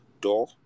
door